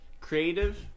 creative